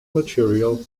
material